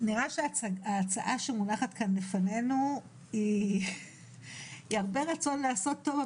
נראה שההצעה שמונחת כאן לפנינו היא הרבה רצון לעשות טוב,